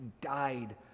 died